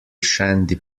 shandy